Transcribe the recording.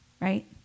right